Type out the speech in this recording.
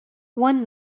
one